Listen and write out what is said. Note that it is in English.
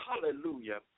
hallelujah